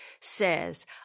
says